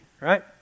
right